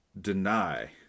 deny